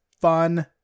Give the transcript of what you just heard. Fun